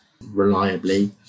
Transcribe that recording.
reliably